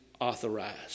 authorized